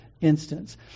Instance